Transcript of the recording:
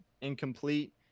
incomplete